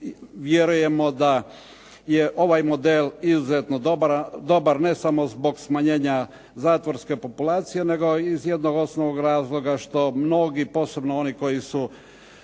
vjerujemo da je ovaj model izuzetno dobar, ne samo zbog smanjenja zatvorske populacije, nego iz jednog osnovnog razloga što mnogi, posebno oni koji su